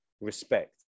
respect